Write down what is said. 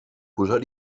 posar